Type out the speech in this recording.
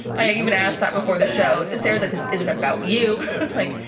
i even asked that before the show. sarah's like, this isn't about you. i was like,